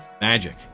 magic